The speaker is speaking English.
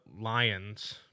lions